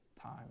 time